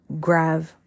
grab